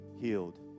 healed